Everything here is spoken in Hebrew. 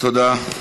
תודה.